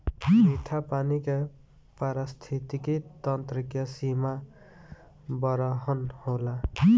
मीठा पानी के पारिस्थितिकी तंत्र के सीमा बरहन होला